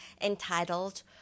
entitled